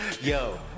Yo